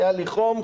היה לי חום,